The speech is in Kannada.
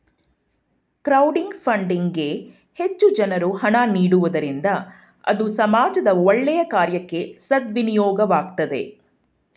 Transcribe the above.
ಕ್ರೌಡಿಂಗ್ ಫಂಡ್ಇಂಗ್ ಗೆ ಹೆಚ್ಚು ಜನರು ಹಣ ನೀಡುವುದರಿಂದ ಅದು ಸಮಾಜದ ಒಳ್ಳೆಯ ಕಾರ್ಯಕ್ಕೆ ಸದ್ವಿನಿಯೋಗವಾಗ್ತದೆ